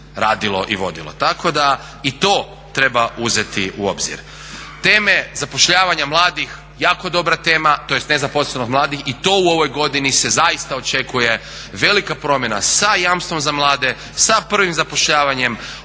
i to treba uzeti u obzir. Teme zapošljavanja mladih, jako dobra tema tj. nezaposlenost mladih i to u ovoj godini se zaista očekuje velika promjena sa jamstvom za mlade, sa prvim zapošljavanje,